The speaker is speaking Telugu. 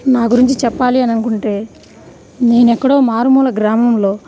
నా గురించి చెప్పాలి అని అనుకుంటే నేను ఎక్కడో మారుమూల గ్రామంలో